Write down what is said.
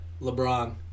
LeBron